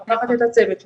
אני לוקחת צוות מיומן,